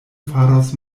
faros